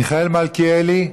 מיכאל מלכיאלי,